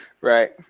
Right